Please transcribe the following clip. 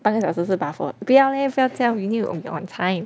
半个小时是 buffer 不要 leh 不要这样 we need to be on time